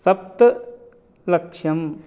सप्तलक्षम्